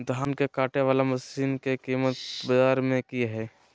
धान के कटे बाला मसीन के कीमत बाजार में की हाय?